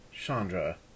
Chandra